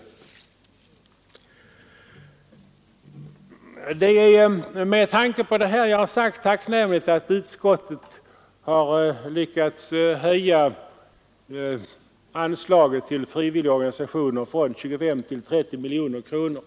Med tanke på vad jag här sagt är det tacknämligt att utskottet har lyckats höja anslaget till frivilligorganisationer från 25 till 30 miljoner kronor.